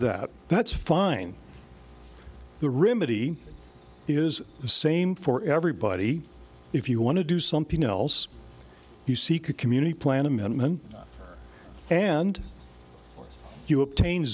that that's fine the rim of he is the same for everybody if you want to do something else you seek a community plan amendment and you obtain